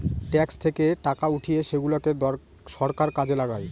tax থেকে টাকা উঠিয়ে সেগুলাকে সরকার কাজে লাগায়